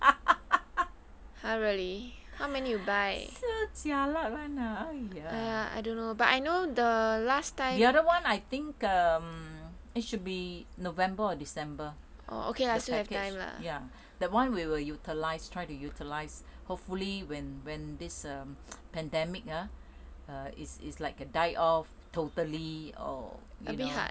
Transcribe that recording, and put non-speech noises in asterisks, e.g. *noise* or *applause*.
*laughs* *breath* jialat [one] ah !aiya! the other [one] I think err it should be november or december the package ya the one we will utilise try to utilise hopefully when this err *noise* pandemic ah err is is like a die off totally or maybe